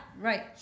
Right